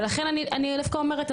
ולכן אני דווקא אומרת,